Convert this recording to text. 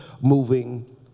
moving